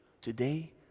today